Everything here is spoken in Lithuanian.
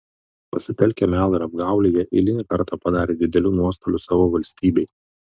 pasitelkę melą ir apgaulę jie eilinį kartą padarė didelių nuostolių savo valstybei